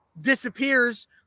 disappears